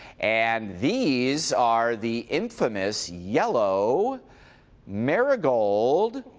and these are the infamous yellow marigolds.